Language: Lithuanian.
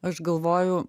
aš galvoju